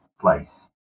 place